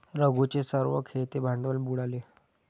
रघूचे सर्व खेळते भांडवल बुडाले